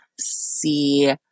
see